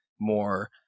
more